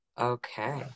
Okay